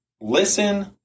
listen